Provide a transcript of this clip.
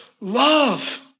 love